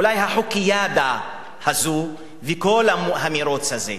אולי ה"חוקיאדה" הזאת וכל המירוץ הזה.